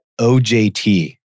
OJT